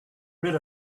rid